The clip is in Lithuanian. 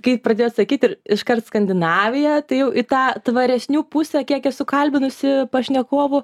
kai pradėjot sakyti ir iškart skandinavija tai jau į tą tvaresnių pusę kiek esu kalbinusi pašnekovų